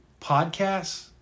podcasts